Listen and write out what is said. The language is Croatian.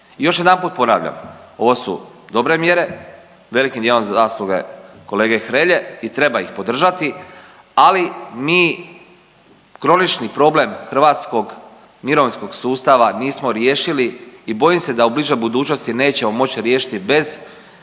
Još jedanput ponavljam, ovo su dobre mjere, velikim dijelom zasluge kolege Hrelje i treba ih podržati ali mi kronični problem hrvatskog mirovinskog sustava nismo riješili i bojim se da u bližoj budućnosti nećemo moći riješiti bez